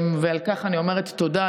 על כך אני אומרת תודה.